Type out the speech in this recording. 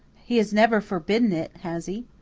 he has never forbidden it, has he?